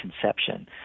conception